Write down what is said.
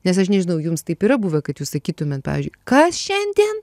nes aš nežinau jums taip yra buvę kad jūs sakytumėt pavyzdžiui kas šiandien